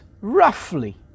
roughly